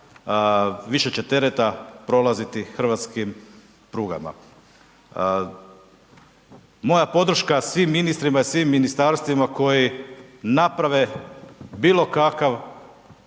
više će tereta prolaziti hrvatskim prugama. Moja podrška svim ministrima i svim ministarstvima koji naprave bilo kakav